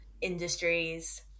industries